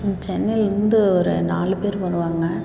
ம் சென்னையிலிருந்து ஒரு நாலு பேர் வருவாங்க